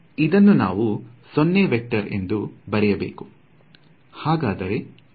ಇದನ್ನು ನಾನು 0 ವೇಕ್ಟರ್ ಎಂದು ಬರೆಯಬೇಕು